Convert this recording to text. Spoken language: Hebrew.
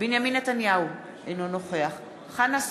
בנימין נתניהו, אינו נוכח חנא סוייד,